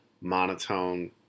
monotone